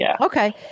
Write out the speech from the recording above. Okay